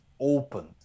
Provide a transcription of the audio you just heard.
opened